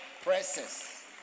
presses